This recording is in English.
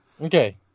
Okay